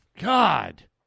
God